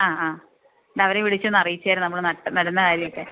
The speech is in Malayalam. ആ ആ ഇതവരെ വിളിച്ചൊന്ന് അറിയിച്ചേക്കൂ നമ്മള് നടുന്ന കാര്യമൊക്കെ